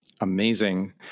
Amazing